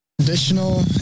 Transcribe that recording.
Traditional